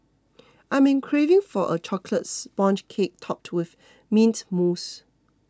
I'm craving for a Chocolate Sponge Cake Topped with Mint Mousse